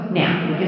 now